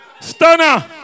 Stunner